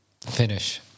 finish